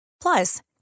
Plus